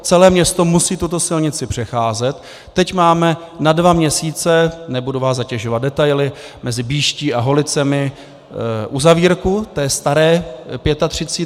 Celé město musí tuto silnici přecházet, teď máme na dva měsíce nebudu vás zatěžovat detaily mezi Býští a Holicemi uzavírku staré pětatřicítky.